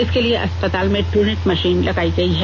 इसके लिए अस्पताल में ट्रनेट मशीन लगाई गई है